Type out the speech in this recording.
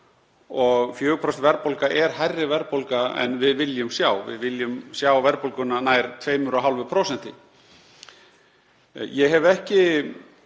og 4% verðbólga er hærri verðbólga en við viljum sjá. Við viljum sjá verðbólguna nær 2,5%. Ég hef ekki